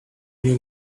you